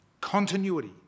Continuity